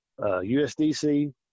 USDC